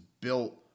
built